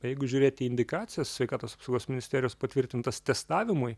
jeigu žiūrėt į indikacijas sveikatos apsaugos ministerijos patvirtintas testavimui